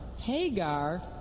Hagar